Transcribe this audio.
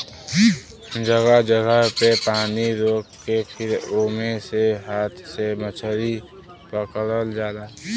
जगह जगह पे पानी रोक के फिर ओमे से हाथ से मछरी पकड़ल जाला